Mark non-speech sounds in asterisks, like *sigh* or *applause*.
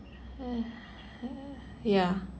*noise* ya